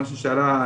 מה ששאלה,